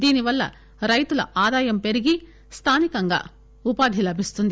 దీనివల్ల రైతుల ఆదాయం పెరిగి స్థానికంగా ఉపాధి లభిస్తుంది